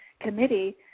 committee